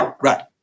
Right